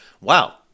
Wow